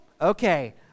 Okay